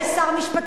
יש שר משפטים,